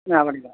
ஆ பண்ணிக்கலாம்